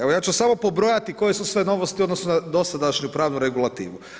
Evo ja ću samo pobrojati koje su sve novosti u odnosu na dosadašnju pravnu regulativu.